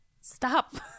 stop